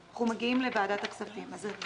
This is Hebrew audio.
שגם קיים בקופות החולים האחרות.